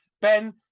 Ben